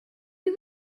lui